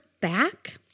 back